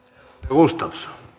arvoisa